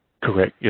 correct. yeah